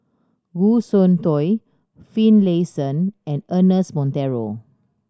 Goh Soon Tioe Finlayson and Ernest Monteiro